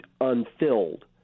unfilled